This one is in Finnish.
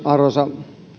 arvoisa